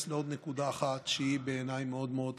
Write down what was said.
לעוד נקודה אחת שהיא בעיניי מאוד מאוד חשובה: